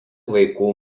vaikų